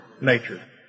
nature